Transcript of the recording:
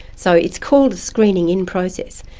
so it's called a screening-in process,